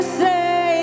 say